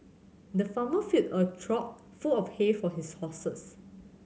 the farmer filled a trough full of hay for his horses